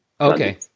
Okay